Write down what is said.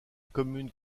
commune